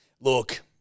Look